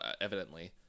evidently